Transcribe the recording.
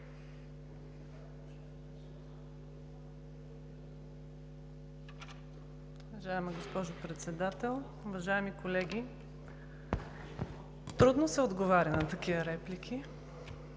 Уважаема госпожо Председател, уважаеми колеги! Трудно се отговаря на такива реплики.